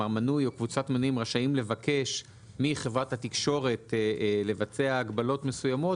מנוי או קבוצת מנויים רשאים לבקש מחברת התקשורת לבצע הגבלות מסוימות.